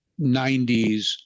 90s